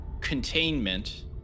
containment